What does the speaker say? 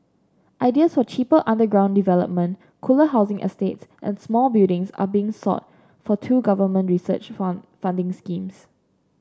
ideas for cheaper underground development cooler housing estates and smart buildings are being sought for two government research fun funding schemes